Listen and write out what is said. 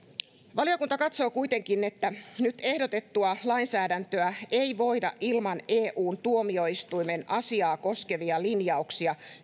valiokunta katsoo kuitenkin että nyt ehdotettua lainsäädäntöä ei voida ilman eun tuomioistuimen asiaa koskevia linjauksia